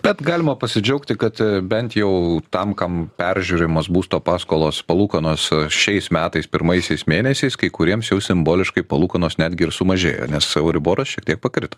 bet galima pasidžiaugti kad bent jau tam kam peržiūrimos būsto paskolos palūkanos šiais metais pirmaisiais mėnesiais kai kuriems jau simboliškai palūkanos netgi ir sumažėjo nes euriboras šiek tiek pakrito